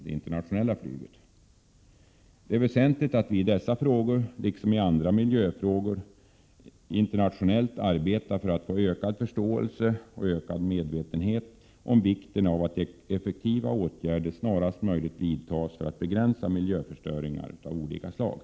Det är viktigt att vi i dessa frågor — liksom i andra miljöfrågor — internationellt arbetar för att få ökad förståelse och ökad medvetenhet om vikten av att effektiva åtgärder snarast möjligt vidtas för att begränsa miljöförstöring av olika slag.